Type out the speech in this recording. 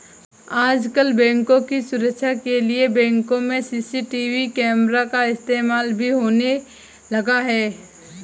आजकल बैंकों की सुरक्षा के लिए बैंकों में सी.सी.टी.वी कैमरा का इस्तेमाल भी होने लगा है